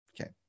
Okay